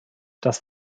das